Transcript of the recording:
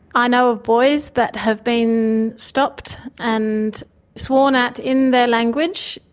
i know of boys that have been stopped and sworn at in their language,